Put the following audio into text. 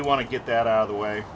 you want to get that out of the way